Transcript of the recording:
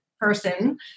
person